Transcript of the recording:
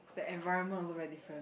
the environment also very different